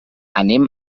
anem